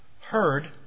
heard